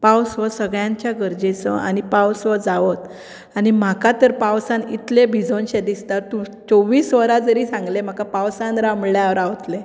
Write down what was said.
पावस हो सगळ्यांच्या गरजेचो आनी पावस वो जावोत आनी म्हाका तर पावसान इतलें भिजोनशें दिसता तूं चोव्वीस वरां जरी सांगलें म्हाका पावसान राव म्हळ्यार हांव रावतलें